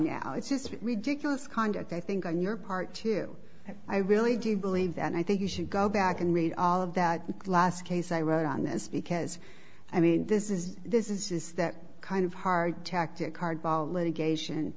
now it's just ridiculous conduct i think on your part to have i really do believe that and i think you should go back and read all of that glass case i wrote on this because i mean this is this is just that kind of hard tactic hardball litigation